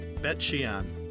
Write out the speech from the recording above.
Bet-Shean